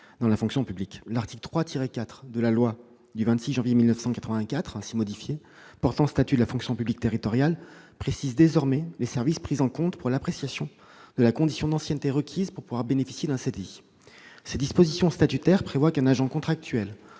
dans la fonction publique. L'article 3-4 de la loi du 26 janvier 1984 ainsi modifiée portant statut de la fonction publique territoriale précise désormais les services pris en compte pour l'appréciation de la condition d'ancienneté requise afin de pouvoir bénéficier d'un CDI. Ces dispositions statutaires prévoient qu'un agent contractuel